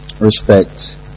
respect